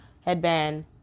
headband